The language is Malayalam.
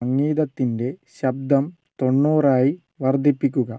സംഗീതത്തിൻ്റെ ശബ്ദം തൊണ്ണൂറായി വർദ്ധിപ്പിക്കുക